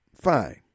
fine